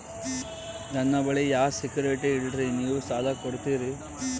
ನನ್ನ ಬಳಿ ಯಾ ಸೆಕ್ಯುರಿಟಿ ಇಲ್ರಿ ನೀವು ಸಾಲ ಕೊಡ್ತೀರಿ?